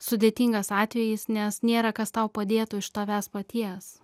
sudėtingas atvejis nes nėra kas tau padėtų iš tavęs paties